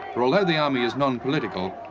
for although the army is non-political,